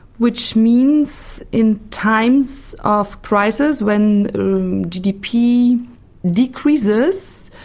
which means in times of crisis when gdp decreases,